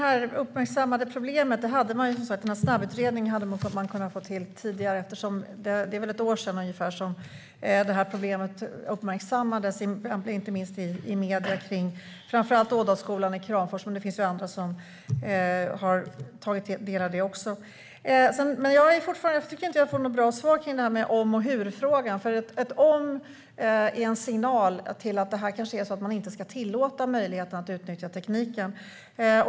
Fru talman! Man hade kunnat få till en snabbutredning tidigare om det uppmärksammade problemet. Det är ungefär ett år sedan som problemet uppmärksammades inte minst i medierna. Det gällde framför allt Ådalsskolan i Kramfors, men det finns också andra som har haft det problemet. Jag tycker inte att jag får något bra svar på om och hurfrågan. Ett om är en signal att man kanske inte ska tillåta möjligheten att utnyttja tekniken.